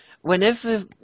whenever